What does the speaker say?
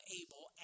able